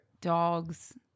dogs